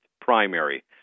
primary